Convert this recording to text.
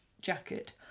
jacket